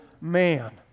man